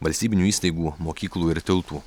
valstybinių įstaigų mokyklų ir tiltų